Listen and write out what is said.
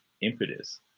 impetus